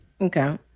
Okay